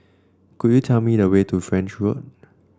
could you tell me the way to French Road